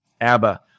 ABBA